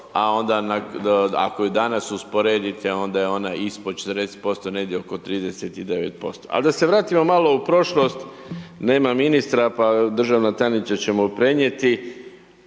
a onda ako je danas usporedite, onda je ona ispod 40%, negdje oko 39%. Ali da se vratimo malo u prošlost, nema ministra, pa državna tajnica će mu prenijeti,